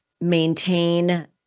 maintain